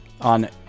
on